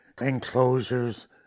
enclosures